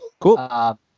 Cool